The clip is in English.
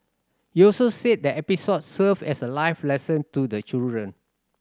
he also said the episode served as a life lesson to the children